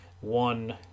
one